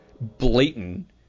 blatant